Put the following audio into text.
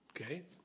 Okay